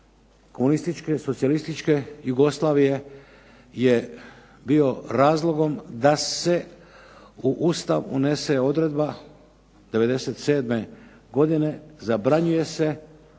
komunističke, socijalističke Jugoslavije je bio razlogom da se u Ustav unese odredba '97. godine – zabranjuje se